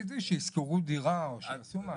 מצידי שישכרו דירה, שיעשו משהו.